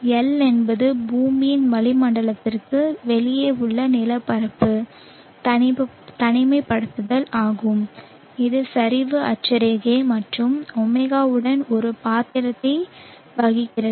L என்பது பூமியின் வளிமண்டலத்திற்கு வெளியே உள்ள நிலப்பரப்பு தனிமைப்படுத்தல் ஆகும் இது சரிவு அட்சரேகை மற்றும் ஒமேகாவுடன் ஒரு பாத்திரத்தை வகிக்கிறது